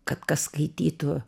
kad kas skaitytų